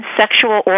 sexual